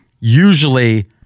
Usually